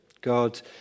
God